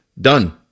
Done